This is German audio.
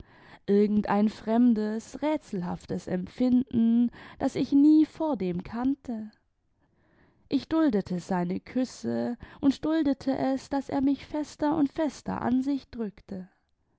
irgendein fremdes rätselhaftes empfinden das ich nie vordem kannte ich duldete sein küsse und duldete es daß er mich fester und fester an sich drückte